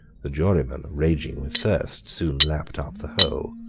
the jurymen, raging with thirst, soon lapped up the whole.